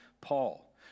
Paul